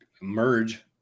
merge